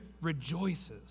rejoices